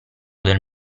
del